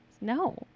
No